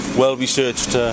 well-researched